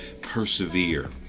persevere